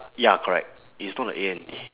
ya correct it's not the A N D